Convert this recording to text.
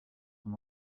son